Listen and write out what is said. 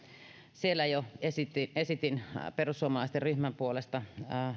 siellä jo esitin perussuomalaisten ryhmän puolesta